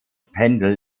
pendel